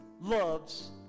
loves